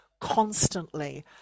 constantly